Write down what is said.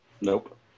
Nope